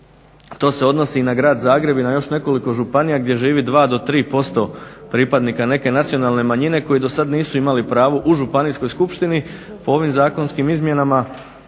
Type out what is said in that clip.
To se odnosi na grad Zagreb i na još nekoliko županija gdje živi 2 do 3% pripadnika neke nacionalne manjine koji do sada nisu imali pravo u županijskoj skupštini. Po ovim zakonskim izmjenama